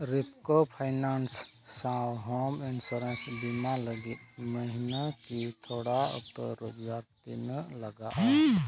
Repco finance ᱥᱟᱶ home insurance ᱵᱤᱢᱟ ᱞᱟᱹᱜᱤᱫ ᱢᱟᱹᱦᱱᱟᱹᱠᱤᱭᱟᱹ ᱛᱷᱚᱲᱟ ᱩᱛᱟᱹᱨ ᱨᱳᱡᱽᱜᱟᱨ ᱛᱤᱱᱟᱹᱜ ᱞᱟᱜᱟᱜᱼᱟ